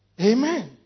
Amen